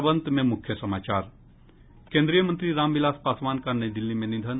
और अब अंत में मुख्य समाचार केन्द्रीय मंत्री रामविलास पासवान का नई दिल्ली में निधन